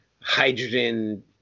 hydrogen